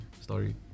story